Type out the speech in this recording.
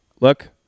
look